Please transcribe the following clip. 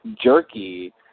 jerky